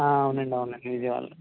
అవునండి అవునండి విజయవాడలో